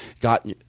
got –